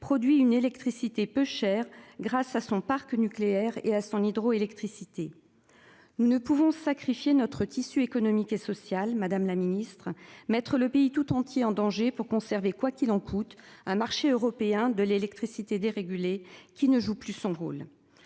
produit une électricité peuchère grâce à son parc nucléaire et à son hydroélectricité. Nous ne pouvons sacrifier notre tissu économique et social Madame la Ministre mettre le pays tout entier en danger pour conserver quoi qu'il en coûte un marché européen de l'électricité dérégulé, qui ne joue plus son rôle.